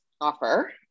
offer